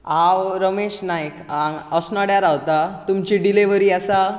हांव रमेश नायक अस्नोड्यां रावतां तुमची डिलीवरी आसा